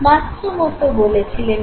Matsumoto বলেছিলেন এটা